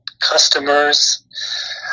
customers